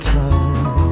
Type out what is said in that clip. time